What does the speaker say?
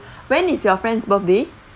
when is your friend's birthday